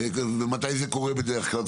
מתי זה קורה בדרך כלל?